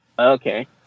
Okay